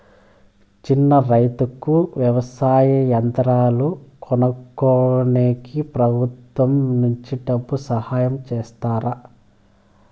చిన్న రైతుకు వ్యవసాయ యంత్రాలు కొనుక్కునేకి ప్రభుత్వం నుంచి డబ్బు సహాయం చేస్తారా?